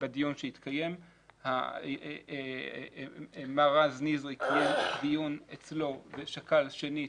בדיון שהתקיים מר רז נזרי קיים דיון אצלו ושקל שנית